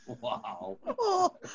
Wow